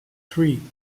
three